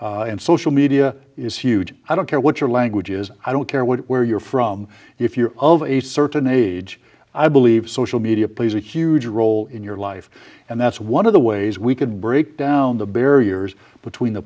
and social media is huge i don't care what your language is i don't care what where you're from if you're of a certain age i believe social media plays a huge role in your life and that's one of the ways we can break down the barriers between the